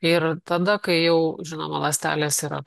ir tada kai jau žinoma ląstelės yra